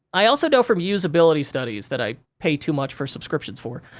i also know, from usability studies that i pay too much for subscriptions for,